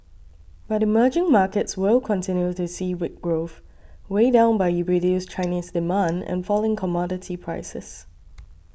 but emerging markets will continue to see weak growth weighed down by reduced Chinese demand and falling commodity prices